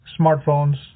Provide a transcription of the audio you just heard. smartphones